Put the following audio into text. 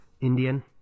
Indian